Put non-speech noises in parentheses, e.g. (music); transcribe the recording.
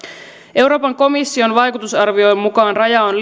euroopan komission vaikutusarvion mukaan raja on (unintelligible)